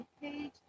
page